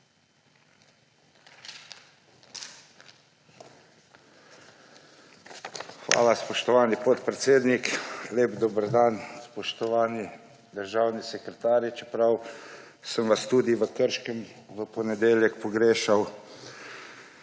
Hvala, spoštovani podpredsednik. Lep dober dan, spoštovani državni sekretarji, čeprav sem vas tudi v Krškem v ponedeljek pogrešal.